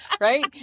right